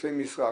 היקפי משרה,